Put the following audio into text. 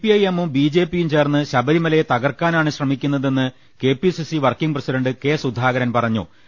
C P I എമ്മും B J പിയും ചേർന്ന് ശബരിമലയെ തകർക്കാനാണ് ശ്രമിക്കുന്നതെന്ന് K P CC working president K Sudhakaran പറഞ്ഞു